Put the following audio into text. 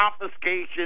confiscation